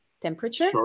temperature